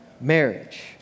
marriage